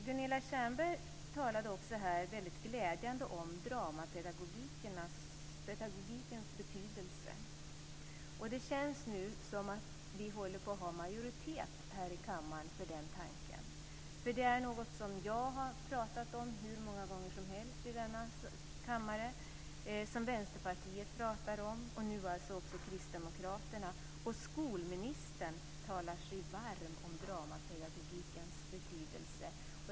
Gunilla Tjernberg talade här om dramapedagogikens betydelse. Det känns nu som att vi håller på att få majoritet här i kammaren för den tanken. Det är något som jag har talat om hur många gånger som helst. Vänsterpartiet har pratat om det och nu också kristdemokraterna. Och skolministern talar sig varm för dramapedagogikens betydelse.